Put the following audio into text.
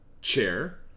chair